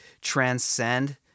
transcend